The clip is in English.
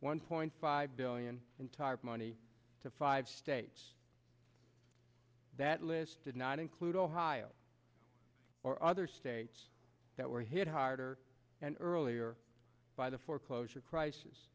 one point five billion entire money to five states that list did not include ohio or other states that were hit harder and earlier by the foreclosure crisis